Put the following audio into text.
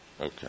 Okay